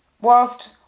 whilst